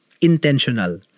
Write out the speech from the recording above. intentional